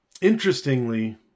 interestingly